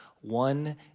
one